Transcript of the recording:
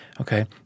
Okay